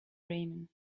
ramen